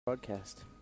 Broadcast